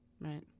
Right